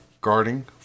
Guarding